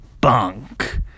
bunk